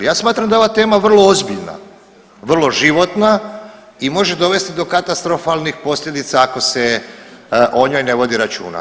Ja smatram da je ova tema vrlo ozbiljna, vrlo životna i može dovesti do katastrofalnih posljedica ako se o njoj ne vodi računa.